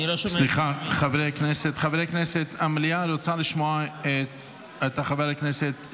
חברי הכנסת, המליאה רוצה לשמוע את חבר הכנסת.